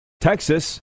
Texas